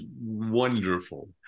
wonderful